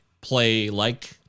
play-like